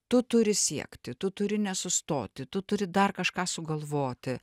tu turi siekti tu turi nesustoti tu turi dar kažką sugalvoti